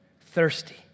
thirsty